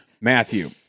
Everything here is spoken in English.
Matthew